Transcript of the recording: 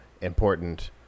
important